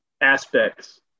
aspects